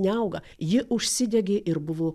neauga ji užsidegė ir buvo